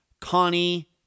Connie